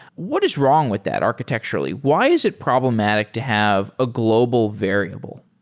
what is wrong with that architecturally? why is it problematic to have a global variable?